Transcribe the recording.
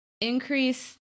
increase